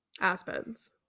Aspen's